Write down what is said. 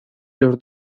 los